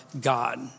God